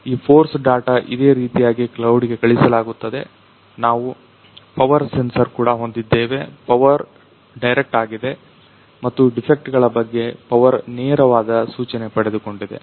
ಈ force data ಇದೇ ರೀತಿಯಾಗಿ ಕ್ಲೌಡಿಗೆ ಕಳಿಸಲಾಗುವುದು ನಾವು ಪವರ್ ಸೆನ್ಸರ್ ಕೂಡ ಹೊಂದಿದ್ದೇವೆ ಪವರ್ ಡೈರೆಕ್ಟ್ ಆಗಿದೆ ಮತ್ತು ಡಿಫೆಕ್ಟ್ಗಳ ಬಗ್ಗೆ ಪವರ್ ನೇರವಾದ ಸೂಚನೆ ಪಡೆದುಕೊಂಡಿದೆ